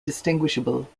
distinguishable